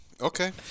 okay